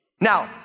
Now